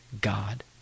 God